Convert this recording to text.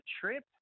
trip